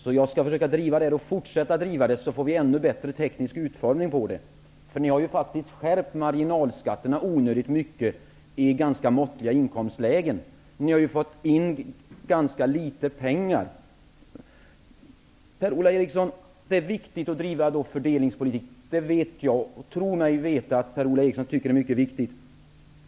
Jag skall försöka fortsätta att driva denna fråga, så får vi en ännu bättre teknisk utformning av den. Ni har faktiskt skärpt marginalskatterna onödigt mycket i ganska måttliga inkomstlägen, och ni har fått in ganska litet pengar. Per-Ola Eriksson, det är viktigt att bedriva fördelningspolitik. Det vet jag och jag tror mig veta att Per-Ola Eriksson tycker att det är mycket viktigt.